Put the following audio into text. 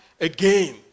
again